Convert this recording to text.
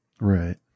right